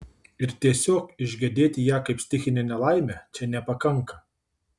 ir tiesiog išgedėti ją kaip stichinę nelaimę čia nepakanka